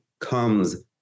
comes